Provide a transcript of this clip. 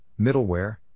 middleware